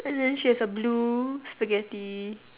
and then she has a blue Spaghetti